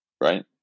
right